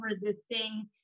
resisting